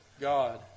God